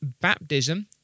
baptism